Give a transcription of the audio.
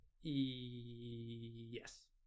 Yes